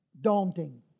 daunting